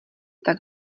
tak